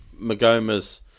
Magomas